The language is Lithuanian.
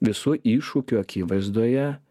visų iššūkių akivaizdoje